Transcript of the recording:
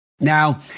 Now